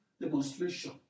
demonstration